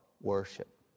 worship